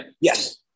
Yes